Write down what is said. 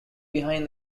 behind